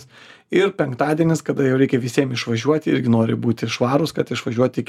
ir penktadienis kada jau reikia visiem išvažiuoti irgi nori būti švarūs kad išvažiuoti į kelionę